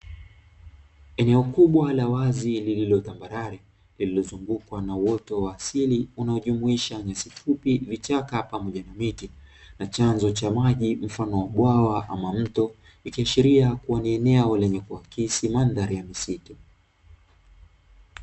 Eneo kubwa la wazi lililotambarare lililozungukwa na uoto wa asili unaojumuisha nyasi fupi, vichaka pamoja na miti na chanzo cha maji mfano wa bwawa ama mto ikiashiria kuwa ni eneo lenye kuakisi mandhari ya misitu.